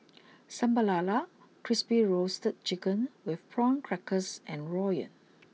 Sambal LaLa Crispy Roasted Chicken with Prawn Crackers and Rawon